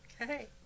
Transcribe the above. Okay